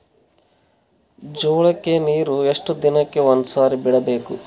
ಜೋಳ ಕ್ಕನೀರು ಎಷ್ಟ್ ದಿನಕ್ಕ ಒಂದ್ಸರಿ ಬಿಡಬೇಕು?